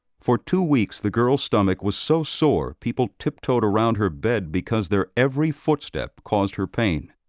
for two weeks the girl's stomach was so sore people tip-toed around her bed because their every footstep caused her pain.